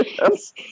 yes